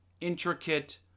intricate